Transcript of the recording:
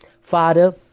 Father